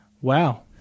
Wow